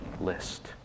list